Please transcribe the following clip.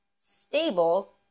stable